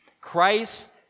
Christ